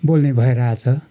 बोल्ने भइरहेको छ